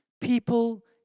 People